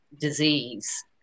disease